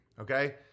Okay